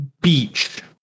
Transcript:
beach